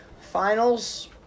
finals